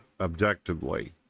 objectively